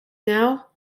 now